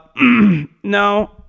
no